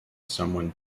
someone